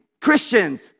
Christians